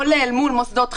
כולל מול מוסדות חינוך.